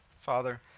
Father